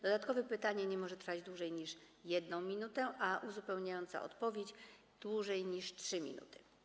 Dodatkowe pytanie nie może trwać dłużej niż 1 minutę, a uzupełniająca odpowiedź - dłużej niż 3 minuty.